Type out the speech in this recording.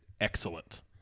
excellent